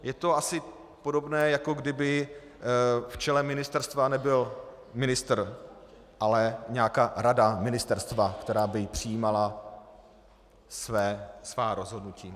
Je to asi podobné, jako kdyby v čele ministerstva nebyl ministr, ale nějaká rada ministerstva, která by přijímala svá rozhodnutí.